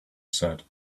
said